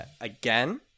again